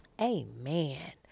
Amen